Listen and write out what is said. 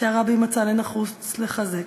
שהרבי מצא לנחוץ לחזק.